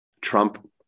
Trump